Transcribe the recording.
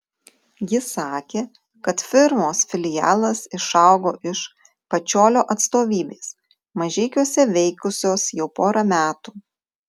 ji sakė kad firmos filialas išaugo iš pačiolio atstovybės mažeikiuose veikusios jau porą metų